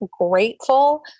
grateful